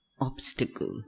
obstacle